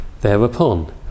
Thereupon